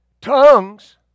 tongues